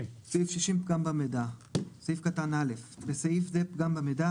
60.פגם במידע בסעיף זה, "פגם במידע"